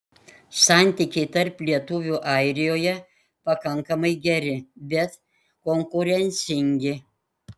santykiai tarp lietuvių airijoje pakankamai geri bet konkurencingi